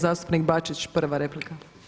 Zastupnik Bačić, prva replika.